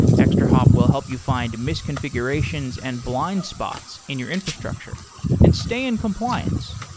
extrahop will help you find misconfigurations and blind spots in your infrastructure and stay in compliance.